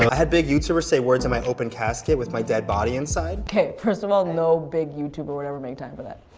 had big youtubers say words in my open casket with my dead body inside okay, first of all, no big youtube or whatever made time for that.